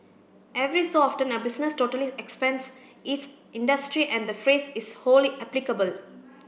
every so often a business totally upends its industry and the phrase is wholly applicable